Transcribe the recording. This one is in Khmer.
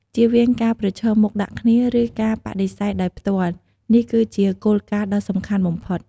ជៀសវាងការប្រឈមមុខដាក់គ្នា ឬការបដិសេធដោយផ្ទាល់ នេះគឺជាគោលការណ៍ដ៏សំខាន់បំផុត។